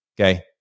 Okay